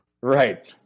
Right